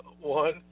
One